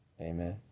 Amen